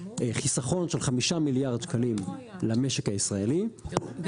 חיסכון של חמישה מיליארד שקלים למשק הישראלי --- גיא,